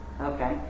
Okay